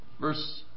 Verse